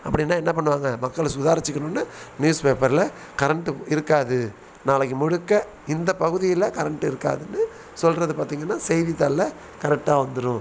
அப்படின்னா என்ன பண்ணுவாங்க மக்கள் சுதாரித்துக்கணுனு நியூஸ் பேப்பரில் கரண்ட்டு இருக்காது நாளைக்கு முழுக்க இந்த பகுதியில் கரண்ட்டு இருக்காதுன்னு சொல்கிறது பார்த்திங்கன்னா செய்தித்தாளில் கரெக்டாக வந்துடும்